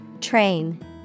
Train